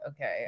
okay